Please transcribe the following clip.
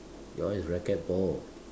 that one is racket ball